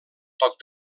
toc